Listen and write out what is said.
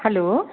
hello